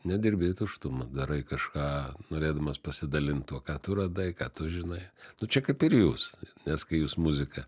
nedirbi į tuštumą darai kažką norėdamas pasidalint tuo ką tu radai ką tu žinai nu čia kaip ir jūs nes kai jūs muziką